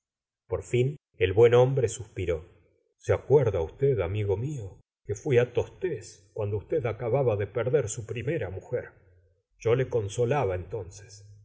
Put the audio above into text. por fin el buen hombre suspiró se acuerda usted amigo mio que fui á tostes cuando usted acababa de perder su primera mujer yo le consolaba entonces